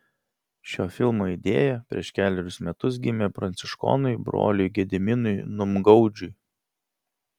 šio filmo idėja prieš kelerius metus gimė pranciškonui broliui gediminui numgaudžiui